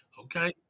Okay